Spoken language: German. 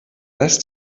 lässt